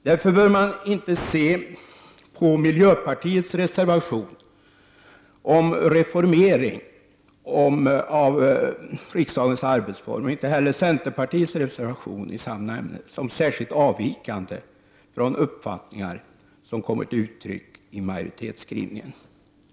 Därför bör man inte se på miljöpartiets reservation om reformering av riksdagens arbetsformer, och inte heller centerpartiets reservation i samma ämne, som särskilt avvikande från uppfattningar som har kommit till uttryck i majoritetsskrivningen.